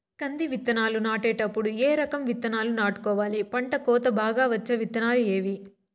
కంది విత్తనాలు నాటేటప్పుడు ఏ రకం విత్తనాలు నాటుకోవాలి, పంట కోత బాగా వచ్చే విత్తనాలు ఏవీ?